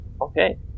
Okay